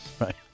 Right